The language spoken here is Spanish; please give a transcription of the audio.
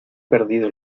perdido